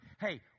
hey